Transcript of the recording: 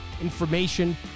information